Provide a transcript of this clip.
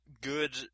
good